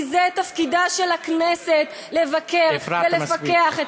כי זה תפקידה של הכנסת, לבקר ולפקח, הפרעת מספיק.